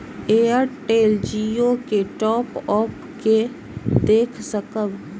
Airtel Jio के top up के देख सकब?